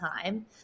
time